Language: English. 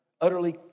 utterly